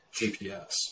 GPS